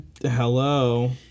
Hello